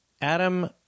Adam